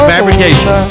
Fabrication